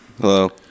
Hello